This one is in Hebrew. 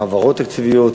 העברות תקציביות,